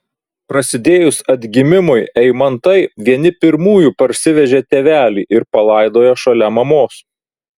prasidėjus atgimimui eimantai vieni pirmųjų parsivežė tėvelį ir palaidojo šalia mamos